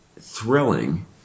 thrilling